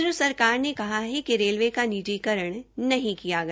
केन्द्र सरकार ने कहा है कि रेलवे का निजीकरण नहीं किया गया